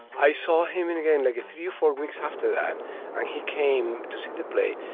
i saw him in a game like three four weeks after that and he came to see the play.